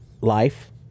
life